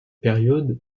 période